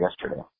yesterday